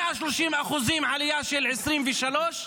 130% עלייה ב-2023,